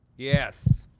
yes,